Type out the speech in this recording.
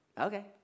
Okay